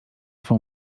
swą